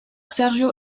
sergio